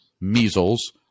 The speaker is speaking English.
measles